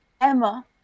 Emma